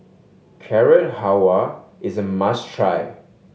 Carrot Halwa is a must try